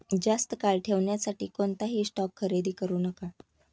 जास्त काळ ठेवण्यासाठी कोणताही स्टॉक खरेदी करू नका